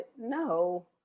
No